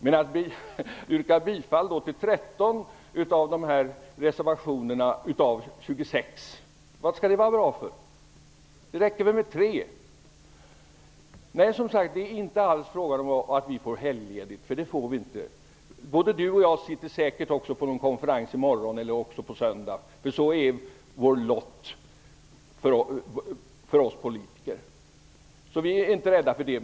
Men varför skall ni yrka bifall till 13 av era 26 reservationer? Det räcker väl med 3. Det är, som jag sagt, inte alls fråga om att vi vill få helgledigt, för det får vi inte. Både Lars Moquist och jag sitter säkert på någon konferens i morgon eller på söndag, för sådan är politikernas lott.